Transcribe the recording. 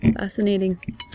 fascinating